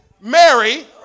Mary